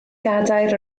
gadair